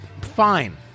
fine